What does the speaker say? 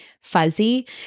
fuzzy